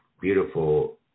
beautiful